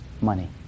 money